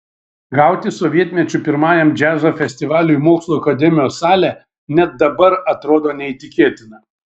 gauti sovietmečiu pirmajam džiazo festivaliui mokslų akademijos salę net dabar atrodo neįtikėtina